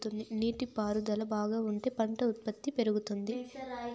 నీటి పారుదల బాగా ఉంటే పంట ఉత్పత్తి పెరుగుతుంది